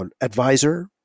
advisor